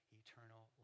eternal